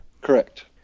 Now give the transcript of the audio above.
Correct